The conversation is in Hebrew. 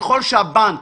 ככל שהבנק